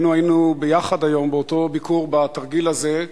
היום היינו שנינו ביחד באותו ביקור בתרגיל הזה,